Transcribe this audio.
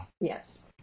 Yes